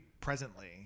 presently